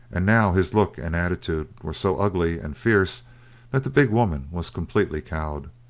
and now his look and attitude were so ugly and fierce that the big woman was completely cowed.